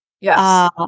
Yes